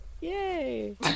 Yay